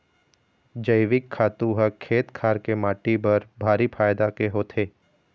जइविक खातू ह खेत खार के माटी बर भारी फायदा के होथे